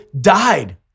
died